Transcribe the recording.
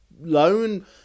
loan